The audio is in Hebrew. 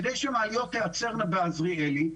כדי שמעליות תיעצרנה בעזריאלי,